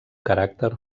caràcter